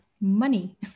money